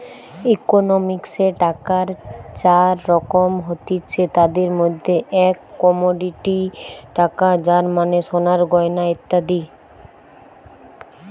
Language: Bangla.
ইকোনমিক্সে টাকার চার রকম হতিছে, তাদির মধ্যে এক কমোডিটি টাকা যার মানে সোনার গয়না ইত্যাদি